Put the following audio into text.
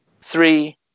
three